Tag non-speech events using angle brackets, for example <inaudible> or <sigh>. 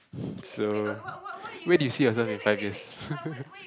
<breath> so where do you see yourself in five years <laughs>